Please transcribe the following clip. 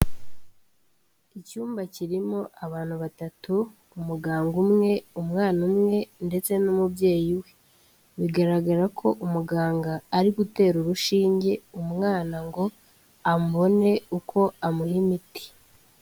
Icyumba kirimo abantu batatu, umuganga umwe, umwana umwe ndetse n'umubyeyi we. Bigaragara ko umuganga ari gutera urushinge umwana ngo abone uko amuha imiti.